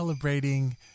Celebrating